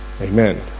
Amen